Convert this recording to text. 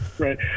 Right